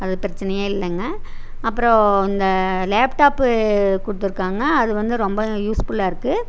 அது பிரச்சனையே இல்லைங்க அப்புறோம் இந்த லேப்டாப்பு கொடுத்துருக்காங்க அது வந்து ரொம்ப யூஸ்ஃபுல்லாக இருக்குது